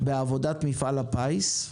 בעבודת מפעל הפיס,